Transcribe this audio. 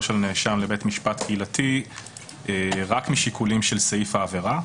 של נאשם לבית משפט קהילתי רק משיקולים של סעיף העבירה.